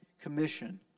commission